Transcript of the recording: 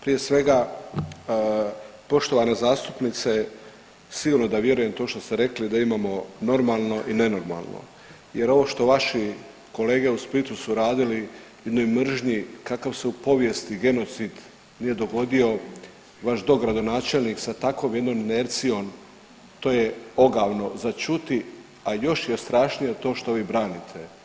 Prije svega poštovana zastupnice sigurno da vjerujem to što ste rekli da imamo normalno i nenormalno je ovo što vaši kolege u Splitu su radili u jednoj mržnji kakav se u povijesti genocid nije dogodio, vaš dogradonačelnik sa takvom jednom inercijom to je ogavno za čuti, a još je strašnije to što vi branite.